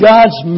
God's